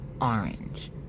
Orange